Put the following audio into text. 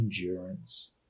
endurance